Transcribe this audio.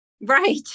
Right